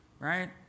right